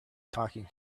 talking